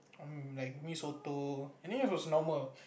um like mee-soto I think it was normal